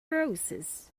roses